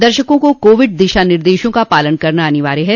दर्शकों को कोविड दिशा निर्देशों का पालन करना अनिवार्य है